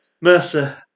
Mercer